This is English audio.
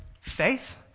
faith